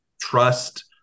trust